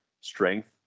strength